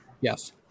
Yes